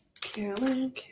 Carolyn